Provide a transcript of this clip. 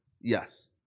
Yes